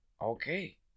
Okay